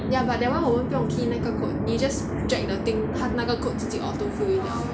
ya but that [one] 我们不用 key in 那个 code 你 just drag the thing 他那个 code 自己 auto fill in liao